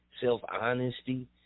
self-honesty